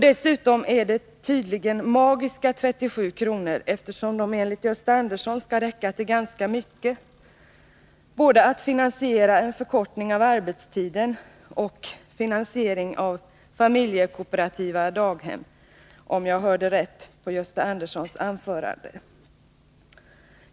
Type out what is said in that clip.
Dessutom är det tydligen magiska 37 kr., eftersom de enligt Gösta Andersson skall räcka till ganska mycket — både att finansiera en förkortning av arbetstiden och finansiering av familjekooperativa daghem, om jag hörde rätt i Gösta Anderssons anförande.